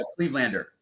Clevelander